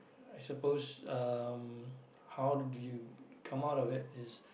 I suppose um how do you come out of it is